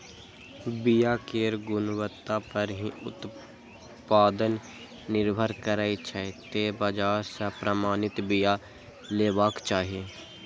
बिया केर गुणवत्ता पर ही उत्पादन निर्भर करै छै, तें बाजार सं प्रमाणित बिया लेबाक चाही